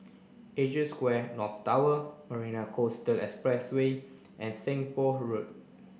Asia Square North Tower Marina Coastal Expressway and Seng Poh Road